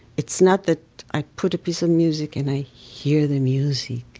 it's not that i put a piece of music and i hear the music.